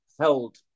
held